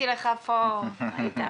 סעדי.